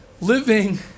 living